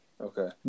Okay